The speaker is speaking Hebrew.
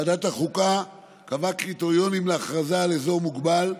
ועדת החוקה קבעה קריטריונים להכרזה על אזור מוגבל.